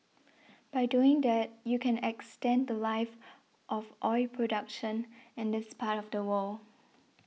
by doing that you can extend the Life of oil production in this part of the world